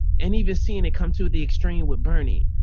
and even seen it come to the extreme with bernie.